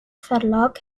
verlag